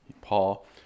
Paul